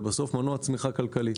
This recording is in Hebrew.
זה בסוף מנוע צמיחה כלכלי.